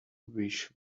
wish